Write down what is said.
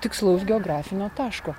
tikslaus geografinio taško